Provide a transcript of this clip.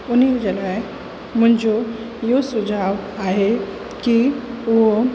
हुनजे लाइ मुंहिंजो इहो सुझाव आहे कि उहो